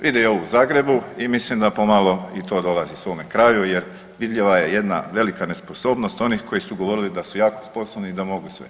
Vide i ovo u Zagrebu i mislim da pomalo i to dolazi svome kraju, jer vidljiva je jedna velika nesposobnost onih koji su govorili da su jako sposobni i da mogu sve.